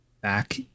back